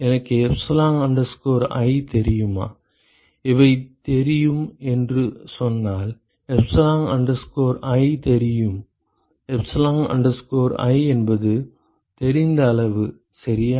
எனக்கு epsilon i தெரியுமா இவை தெரியும் என்று சொன்னால் epsilon i தெரியும் epsilon i என்பது தெரிந்த அளவு சரியா